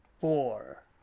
four